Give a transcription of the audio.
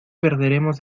perderemos